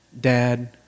Dad